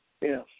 Yes